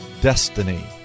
destiny